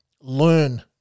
learn